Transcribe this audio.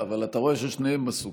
אבל אתה רואה ששניהם עסוקים.